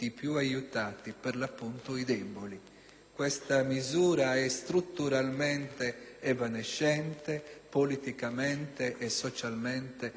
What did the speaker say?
Questa misura è strutturalmente evanescente, politicamente e socialmente dannosa e pericolosa.